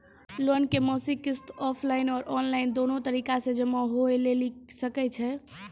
Loan के मासिक किस्त ऑफलाइन और ऑनलाइन दोनो तरीका से जमा होय लेली सकै छै?